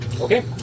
Okay